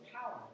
power